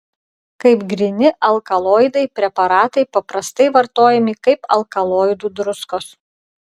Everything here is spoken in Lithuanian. kaip gryni alkaloidai preparatai paprastai vartojami kaip alkaloidų druskos